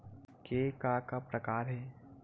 के का का प्रकार हे?